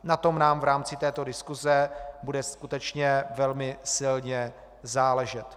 Na tom nám v rámci této diskuse bude skutečně velmi silně záležet.